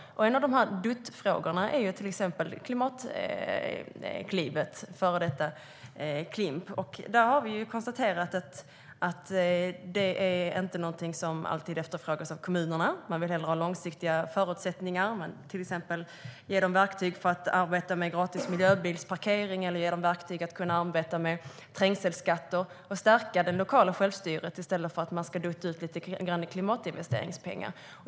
En av dessa duttfrågor är Klimatklivet, före detta Klimp. Där har vi konstaterat att det inte alltid är något som efterfrågas av kommunerna. De vill hellre ha långsiktiga förutsättningar, till exempel verktyg för att arbeta med gratis miljöbilsparkering eller trängselskatter, och att man ska stärka det lokala självstyret i stället för att dutta ut lite klimatinvesteringspengar.